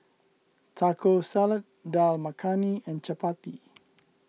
Taco Salad Dal Makhani and Chapati